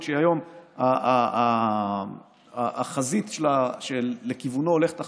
שהיא היום החזית שלכיוונה הולכת החקלאות,